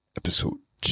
episode